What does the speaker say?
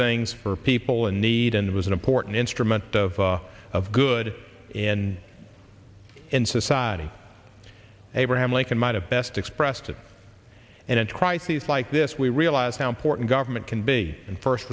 things for people in need and it was an important instrument of of good in in society abraham lincoln might have best expressed it and crises like this we realize how important government can be and first